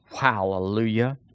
Hallelujah